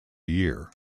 year